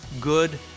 good